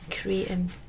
creating